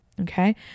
Okay